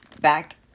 Back